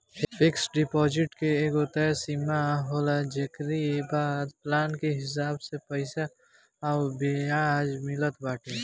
fix deposit के एगो तय समय सीमा होला जेकरी बाद प्लान के हिसाब से पईसा पअ बियाज मिलत बाटे